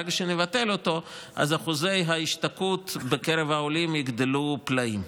ברגע שנבטל אותו אז אחוזי ההשתקעות בקרב העולים יגדלו פלאים.